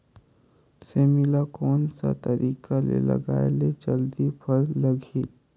सेमी ला कोन सा तरीका से लगाय ले जल्दी फल लगही?